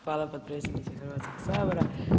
Hvala potpredsjedniče Hrvatskog sabora.